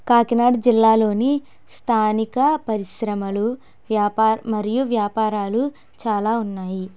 కాకినాడ జిల్లాలోని స్థానిక పరిశ్రమలు వ్యాపార మరియు వ్యాపారాలు చాలా ఉన్నాయి